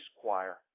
choir